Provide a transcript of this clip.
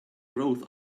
growth